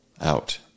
out